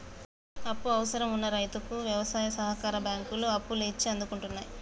అప్పు అవసరం వున్న రైతుకు వ్యవసాయ సహకార బ్యాంకులు అప్పులు ఇచ్చి ఆదుకుంటున్నాయి